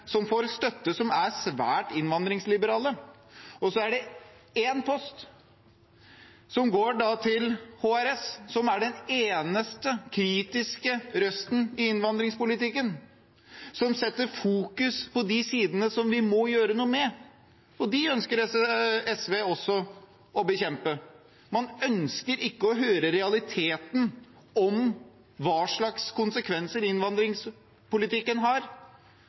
som får støtte, som er svært innvandringsliberale. Så er det én post som går til HRS, som er den eneste kritiske røsten i innvandringspolitikken, som fokuserer på de sidene vi må gjøre noe med. De ønsker SV også å bekjempe. Man ønsker ikke å høre realiteten om hva slags konsekvenser innvandringspolitikken har,